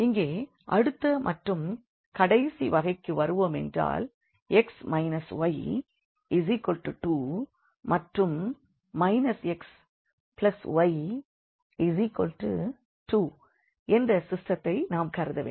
இங்கே அடுத்த மற்றும் கடைசி வகைக்கு வருவோமென்றால் x y2 மற்றும் xy 2 என்ற சிஸ்டத்தை நாம் கருத வேண்டும்